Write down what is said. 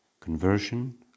conversion